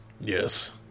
Yes